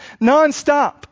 nonstop